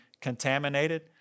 contaminated